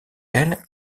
elles